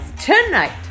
tonight